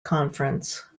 conference